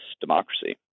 democracy